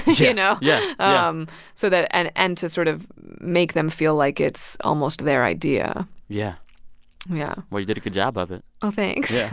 you know? yeah um so that and and to sort of make them feel like it's almost their idea yeah yeah well, you did a good job of it oh, thanks